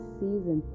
season